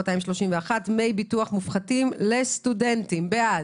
231) (דמי ביטוח מופחתים לסטודנטים), מי בעד?